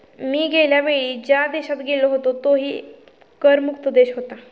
मी गेल्या वेळी ज्या देशात गेलो होतो तोही कर मुक्त देश होता